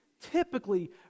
typically